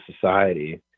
society